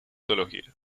teología